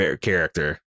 character